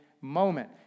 moment